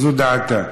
וזו דעתה.